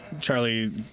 Charlie